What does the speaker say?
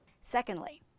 Secondly